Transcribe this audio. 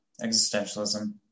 Existentialism